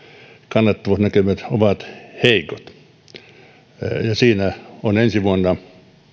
kannattavuusnäkymät ovat heikot ja siinä on ensi vuonna